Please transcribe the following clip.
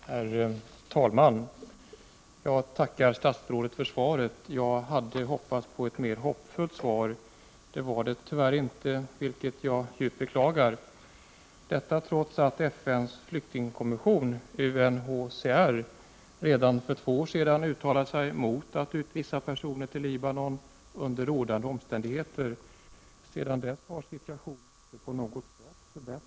Herr talman! Jag tackar statsrådet för svaret. Jag hade hoppats på ett mera hoppingivande svar, men det blev det tyvärr inte, vilket jag djupt beklagar. FN:s flyktingkommission UNHCR uttalade sig redan för två år sedan mot att utvisa personer till Libanon under rådande omständigheter. Sedan dess har situationen inte på något sätt förbättrats. Herr talman!